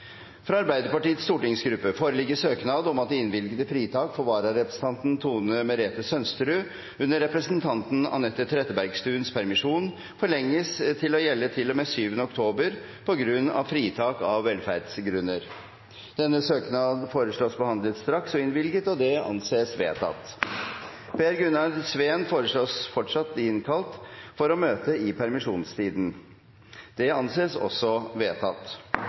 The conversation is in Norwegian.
Fra Arbeiderpartiets stortingsgruppe foreligger søknad om at det innvilgede fritak for vararepresentanten Tone Merete Sønsterud under representanten Annette Trettebergstuens permisjon forlenges til å gjelde til og med 7. oktober av velferdsgrunner Etter forslag fra presidenten ble enstemmig besluttet: Søknaden behandles straks og innvilges. Per Gunnar Sveen innkalles fortsatt for å møte i permisjonstiden.